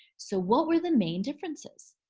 so what were the main differences?